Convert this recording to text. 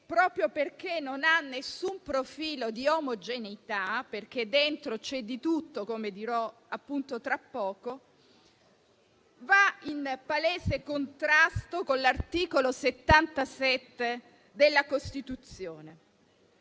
proprio perché non ha alcun profilo di omogeneità, visto che dentro c'è di tutto (come dirò tra poco), è in palese contrasto con l'articolo 77 della Costituzione.